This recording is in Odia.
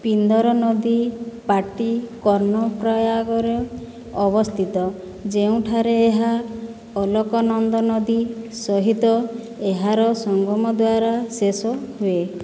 ପିନ୍ଦର ନଦୀ ପାଟି କର୍ଣ୍ଣପ୍ରୟାଗରେ ଅବସ୍ଥିତ ଯେଉଁଠାରେ ଏହା ଅଲକନନ୍ଦା ନଦୀ ସହିତ ଏହାର ସଙ୍ଗମ ଦ୍ୱାରା ଶେଷ ହୁଏ